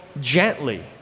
gently